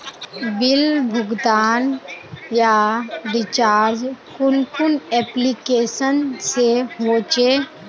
Bill का भुगतान या रिचार्ज कुन कुन एप्लिकेशन से होचे?